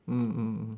mm mm mm